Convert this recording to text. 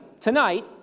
tonight